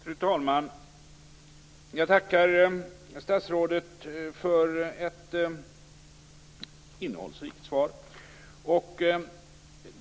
Fru talman! Jag tackar statsrådet för ett innehållsrikt svar.